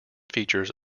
features